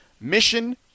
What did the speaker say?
Mission